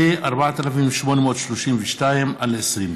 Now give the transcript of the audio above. פ/4832/20.